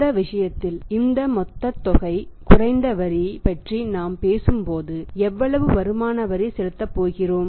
இந்த விஷயத்தில் இந்த மொத்தத் தொகை குறைந்த வரி பற்றி நாம் பேசும்போது எவ்வளவு வருமான வரி செலுத்தப்போகிறோம்